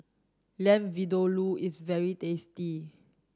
Lamb Vindaloo is very tasty